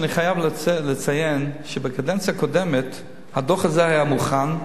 אני חייב לציין שבקדנציה הקודמת הדוח הזה היה מוכן,